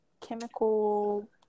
chemical